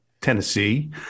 Tennessee